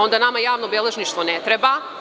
Onda nama javno beležništvo ne treba.